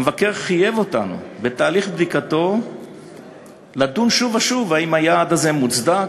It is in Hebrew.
המבקר חייב אותנו בתהליך בדיקתו לדון שוב ושוב אם היעד הזה מוצדק,